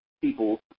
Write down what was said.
people